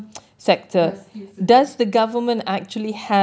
first kills the dogs